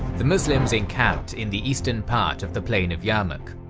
the muslims encamped in the eastern part of the plain of yarmouk.